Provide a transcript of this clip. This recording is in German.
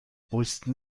wussten